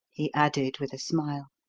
he added with a smile.